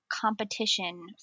competition